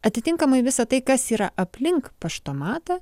atitinkamai visa tai kas yra aplink paštomatą